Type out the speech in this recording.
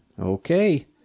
Okay